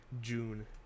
June